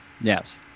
Yes